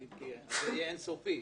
כי זה יהיה אין סופי.